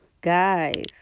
Guys